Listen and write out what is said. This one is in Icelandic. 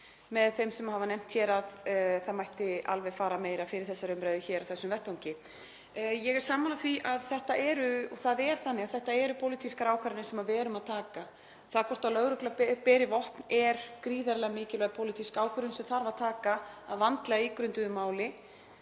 með þeim sem hafa nefnt hér að það mætti alveg fara meira fyrir þessari umræðu hér á þessum vettvangi. Ég er sammála því að þetta eru pólitískar ákvarðanir sem við erum að taka, það hvort lögregla beri vopn er gríðarlega mikilvæg pólitísk ákvörðun sem þarf að taka að vandlega ígrunduðu máli